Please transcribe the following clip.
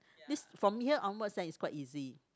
this from here onward then is quite easy